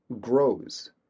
grows